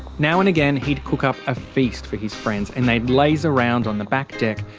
now and again, he'd cook up a feast for his friends and they'd laise around on the back deck,